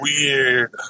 Weird